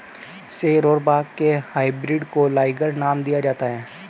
शेर और बाघ के हाइब्रिड को लाइगर नाम दिया गया है